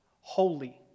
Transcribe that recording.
holy